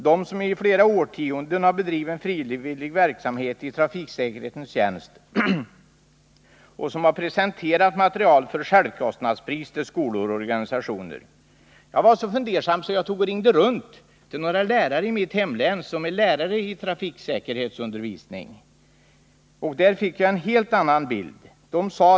NTF har i flera år bedrivit en frivillig verksamhet i trafiksäkerhetens tjänst och skickat ut material till självkostnadspris till skolor och organisationer. Jag blev så fundersam att jag ringde runt till några lärare i mitt hemlän som undervisar i trafiksäkerhet. Där fick jag en helt annan bild.